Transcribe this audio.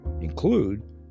include